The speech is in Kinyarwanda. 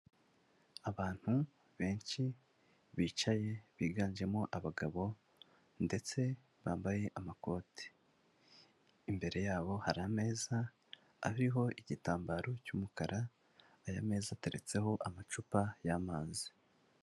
Abantu benshi bicaye biganjemo abagabo ndetse bambaye amakoti, imbere yabo hari ameza ariho igitambaro cy'umukara aya meza ateretseho amacupa y'amazi.